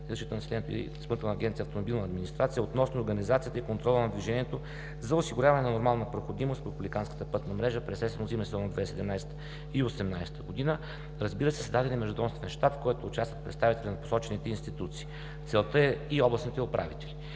Изпълнителна агенция „Автомобилна администрация“ относно организацията и контрола на движението за осигуряване на нормална проходимост по републиканската пътна мрежа през есенно-зимния сезон 2017 – 2018 г. Разбира се, създаден е Междуведомствен щаб, в който участват представители на посочените институции и областните управители.